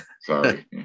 Sorry